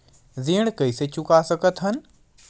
ऋण कइसे चुका सकत हन?